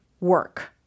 work